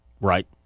Right